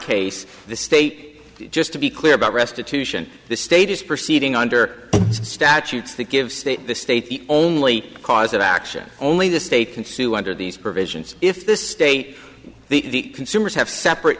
case the state just to be clear about restitution the state is proceeding under statutes that give state the state the only cause of action only the state can sue under these provisions if the state the consumers have separate